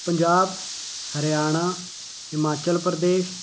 Punjab Haryana Himachal Pradesh